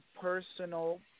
personal